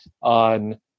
on